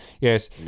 Yes